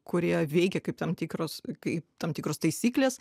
kurie veikia kaip tam tikros kaip tam tikros taisyklės